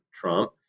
Trump